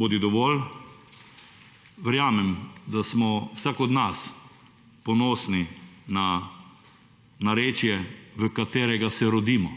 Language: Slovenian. Bodi dovolj. Verjamem, da smo vsak od nas ponosni na narečje v katerega se rodimo.